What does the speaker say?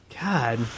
God